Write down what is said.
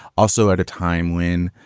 also, at a time when,